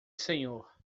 senhor